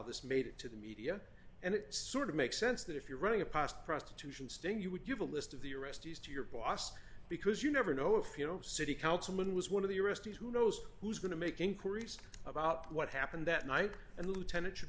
this made it to the media and it sort of makes sense that if you're running a past prostitution sting you would give a list of the arrestees to your boss because you never know if you know city councilman was one of the arrestees who knows who's going to make inquiries about what happened that night and lieutenant should